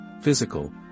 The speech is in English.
physical